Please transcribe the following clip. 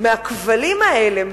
מהכבלים האלה,